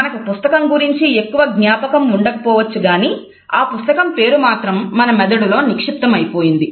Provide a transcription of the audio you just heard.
మనకు పుస్తకం గురించి ఎక్కువ జ్ఞాపకం ఉండకపోవచ్చు కానీ ఆ పుస్తకం పేరు మాత్రం మన మెదడులో నిక్షిప్తం అయిపోయింది